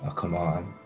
ah come on,